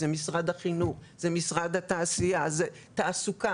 זה משרד החינוך זה משרד התעסוקה והתעשייה,